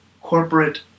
corporate